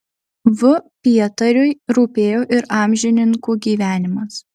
v pietariui rūpėjo ir amžininkų gyvenimas